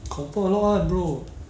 confirm a lot [one] bro